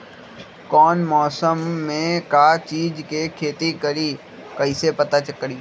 कौन मौसम में का चीज़ के खेती करी कईसे पता करी?